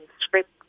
script